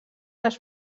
les